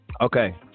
Okay